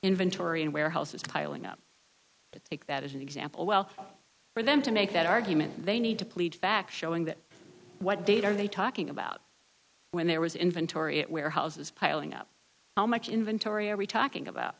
inventory in warehouses piling up to take that as an example well for them to make that argument they need to plead fact showing that what date are they talking about when there was inventory at warehouses piling up how much inventory are we talking about